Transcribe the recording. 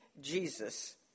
jesus